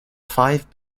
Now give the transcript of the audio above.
five